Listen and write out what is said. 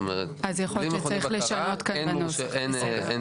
אז יכול להיות שצריך לשנות כאן בנוסח, בסדר.